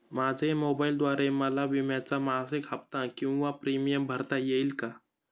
माझ्या मोबाईलद्वारे मला विम्याचा मासिक हफ्ता किंवा प्रीमियम भरता येईल का?